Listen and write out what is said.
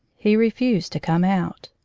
he refused to come out.